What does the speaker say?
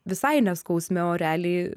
visai ne skausme o realiai